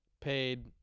paid